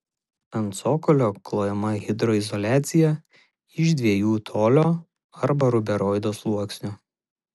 ant cokolio klojama hidroizoliacija iš dviejų tolio arba ruberoido sluoksnių